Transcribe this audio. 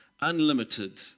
unlimited